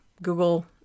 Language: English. Google